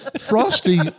Frosty